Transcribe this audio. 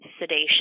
sedation